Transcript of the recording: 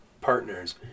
partners